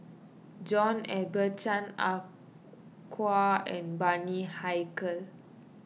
John Eber Chan Ah Kow and Bani Haykal